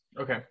okay